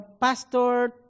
pastor